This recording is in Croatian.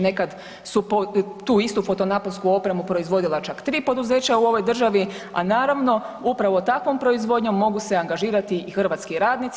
Nekada su tu istu fotonaponsku opremu proizvodila čak tri poduzeća u ovoj državi, a naravno upravo takvom proizvodnjom mogu se angažirati i hrvatski radnici.